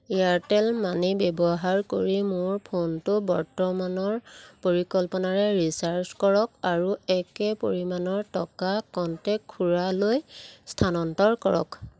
Airtel money ব্যৱহাৰ কৰি মোৰ ফোনটো বৰ্তমানৰ পৰিকল্পনাৰে ৰিচাৰ্জ কৰক আৰু একে পৰিমাণৰ টকা কনটেক্ট খুড়ালৈ স্থানান্তৰ কৰক